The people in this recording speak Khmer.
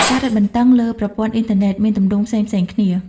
ការរឹតបន្តឹងលើប្រព័ន្ធអ៊ីនធឺណិតមានទម្រង់ផ្សេងៗគ្នា។